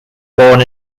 born